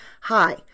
Hi